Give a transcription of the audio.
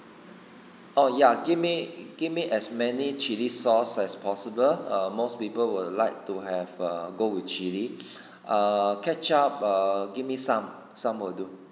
oh ya give me give me as many chilli sauce as possible err most people would like to have a go with chilli err ketchup err give me some some will do